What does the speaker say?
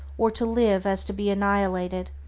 or to live as to be annihilated,